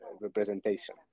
representation